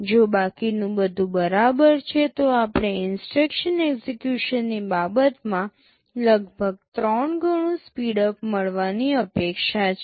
જો બાકીનું બધું બરાબર છે તો આપણે ઇન્સટ્રક્શન એક્સેકયુશનની બાબતમાં લગભગ 3 ગણું સ્પીડઅપ મળવાની અપેક્ષા છે